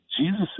Jesus